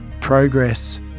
progress